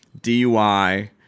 DUI